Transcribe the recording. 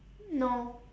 no